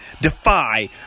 Defy